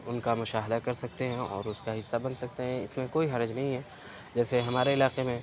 ان کا مشاہدہ کر سکتے ہیں اور اس کا حصہ بن سکتے ہیں اس میں کوئی حرج نہیں ہے جیسے ہمارے علاقے میں